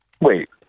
Wait